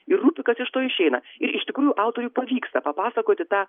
ir rūpi kas iš to išeina ir iš tikrųjų autoriui pavyksta papasakoti tą